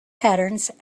patterns